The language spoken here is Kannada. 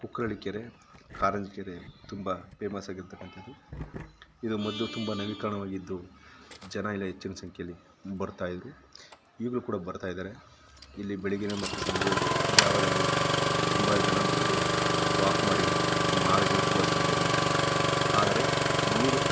ಕುಕ್ಕರಳ್ಳಿ ಕೆರೆ ಕಾರಂಜಿ ಕೆರೆ ತುಂಬ ಫೇಮಸಾಗಿರ್ತಕ್ಕಂಥದ್ದು ಇದು ಮೊದಲು ತುಂಬ ನವೀಕರಣವಾಗಿದ್ದು ಜನ ಎಲ್ಲ ಹೆಚ್ಚಿನ ಸಂಖ್ಯೆಯಲ್ಲಿ ಬರ್ತಾಯಿದ್ದರು ಈಗಲೂ ಕೂಡ ಬರ್ತಾಯಿದ್ದಾರೆ ಇಲ್ಲಿ ಬೆಳಗ್ಗೆ ಮತ್ತು ಸಂಜೆ ಜಾವದಲ್ಲಿ ತುಂಬ ಜನ ಬಂದು ವಾಕ್ ಮಾಡಿ ತಮ್ಮ ಆರೋಗ್ಯವನ್ನು ಸುಧಾರಿಸ್ಕೊಳ್ತಾ ಇದ್ದಾರೆ ಆದರೆ ನೀರು